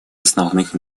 основных